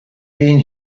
been